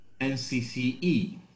NCCE